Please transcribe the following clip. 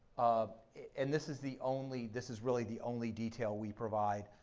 ah and this is the only this is really the only detail we provide,